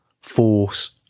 Force